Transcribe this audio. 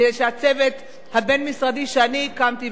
כדי שהצוות הבין-משרדי שאני הקמתי,